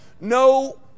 no